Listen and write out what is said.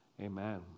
Amen